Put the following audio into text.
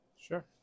Sure